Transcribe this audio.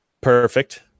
Perfect